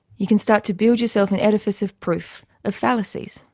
you can start to build yourself an edifice of proof, of fallacies,